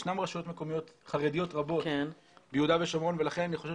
יש רשויות מקומיות חרדיות רבות ביהודה ושומרון ולכן אני חושב